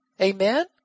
Amen